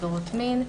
עבירות מין.